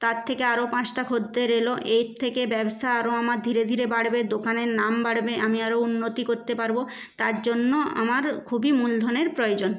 তার থেকে আরো পাঁচটা খদ্দের এল এর থেকে ব্যবসা আরো আমার ধীরে ধীরে বাড়বে দোকানের নাম বাড়বে আমি আরো উন্নতি করতে পারব তার জন্য আমার খুবই মূলধনের প্রয়োজন